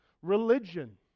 religion